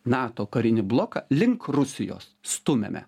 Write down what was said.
nato karinį bloką link rusijos stumiame